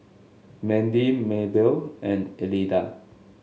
Mandy Maybelle and Elida